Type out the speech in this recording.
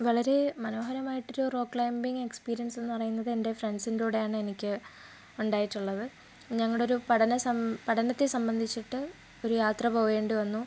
വളരെ മനോഹരമായിട്ടൊരു rock climbing എക്സ്പീരിയെൻസെൻസെന്ന് പറയുന്നത് എൻ്റെ ഫ്രണ്ട്സിൻ്റെ കൂടെയാണ് എനിക്ക് ഉണ്ടായിട്ടുള്ളത് ഞങ്ങളുടെ ഒരു പഠനസം പഠനത്തെ സംബന്ധിച്ചിട്ട് ഒരു യാത്ര പോകേണ്ടി വന്നു